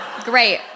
Great